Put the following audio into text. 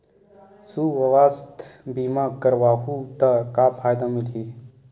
सुवास्थ बीमा करवाहू त का फ़ायदा मिलही?